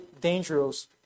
dangerous